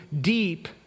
deep